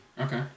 Okay